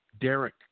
Derek